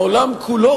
העולם כולו,